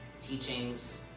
teachings